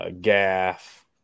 Gaff